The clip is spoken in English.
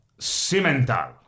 cimental